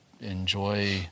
enjoy